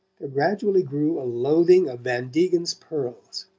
there gradually grew a loathing of van degen's pearls.